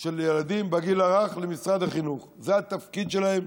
של ילדים בגיל הרך למשרד החינוך, זה התפקיד שלהם,